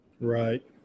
Right